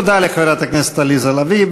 תודה לחברת הכנסת עליזה לביא.